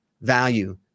value